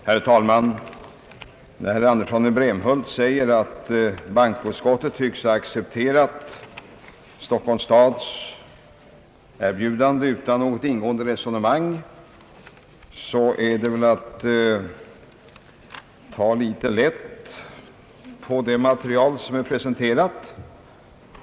Herr talman! När herr Andersson i Brämhult säger att bankoutskottet tycks ha accepterat Stockholms stads erbjudande utan något ingående resonemang så tar han kanske litet lätt på det material som är presenterat.